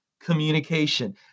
communication